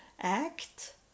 act